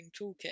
toolkit